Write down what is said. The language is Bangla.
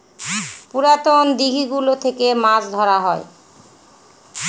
পুরাতন দিঘি গুলো থেকে মাছ ধরা হয়